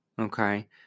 okay